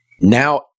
Now